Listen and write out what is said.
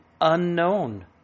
unknown